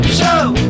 Show